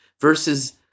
versus